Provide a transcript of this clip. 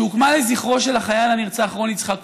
שהוקמה לזכרו של החייל הנרצח רון יצחק קוקיא,